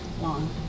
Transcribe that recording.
long